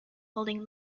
holding